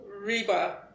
Reba